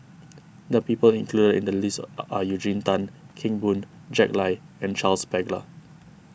the people included in the list are are Eugene Tan Kheng Boon Jack Lai and Charles Paglar